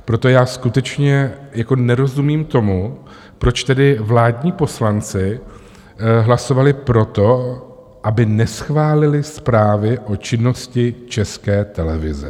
Proto já skutečně jako nerozumím tomu, proč tedy vládní poslanci hlasovali pro to, aby neschválili zprávy o činnosti České televize.